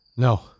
No